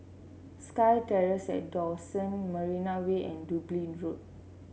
SkyTerrace at Dawson Marina Way and Dublin Road